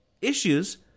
issues